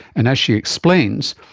and, as she explains,